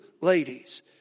ladies